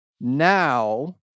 now